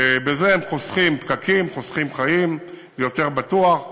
כי בזה הם חוסכים פקקים, חוסכים חיים, יותר בטוח.